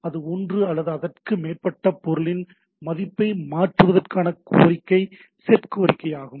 அது ஒன்று அல்லது அதற்கு மேற்பட்ட பொருளின் மதிப்பை மாற்றுவதற்கான கோரிக்கை செட் கோரிக்கையாகும்